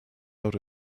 out